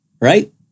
right